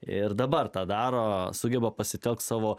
ir dabar tą daro sugeba pasitelks savo